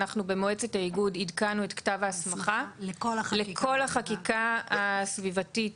אנחנו במועצת האיגוד עדכנו את כתב ההסמכה לכל החקיקה הסביבתית,